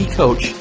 coach